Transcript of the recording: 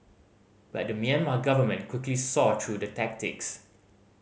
but the Myanmar government quickly saw through the tactics